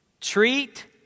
treat